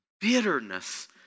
bitterness